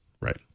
Right